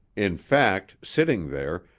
in fact, sitting there,